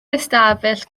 ystafell